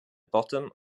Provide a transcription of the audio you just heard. bottom